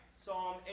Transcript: Psalm